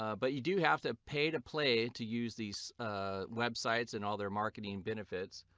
ah but you do have to pay to play to use these ah websites and all their marketing and benefits